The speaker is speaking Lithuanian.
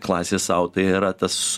klasės sau tai yra tas